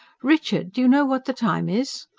richard! do you know what the time is?